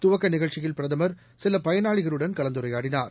துவக்க நிகழ்ச்சியில் பிரதமர் சில பயனாளிகளுடன் கலந்துரையாடினார்